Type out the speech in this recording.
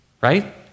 right